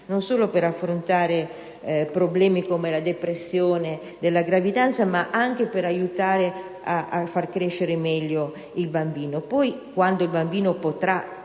non solo per affrontare problemi come la depressione dopo la gravidanza, ma anche per aiutare a far crescere meglio il bambino. Quando poi il bambino potrà